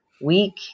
week